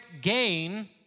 gain